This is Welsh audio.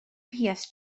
pierce